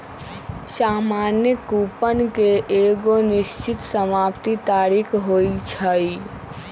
सामान्य कूपन के एगो निश्चित समाप्ति तारिख होइ छइ